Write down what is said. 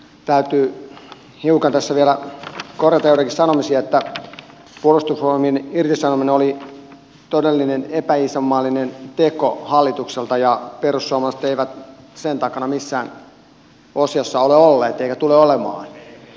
täytyy hiukan tässä vielä korjata joitakin sanomisia että puolustusvoimien irtisanomiset olivat todellinen epäisänmaallinen teko hallitukselta ja perussuomalaiset eivät sen takana missään osiossa ole olleet eivätkä tule olemaan